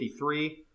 53